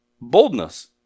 boldness